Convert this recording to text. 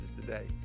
today